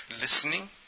listening